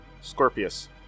Scorpius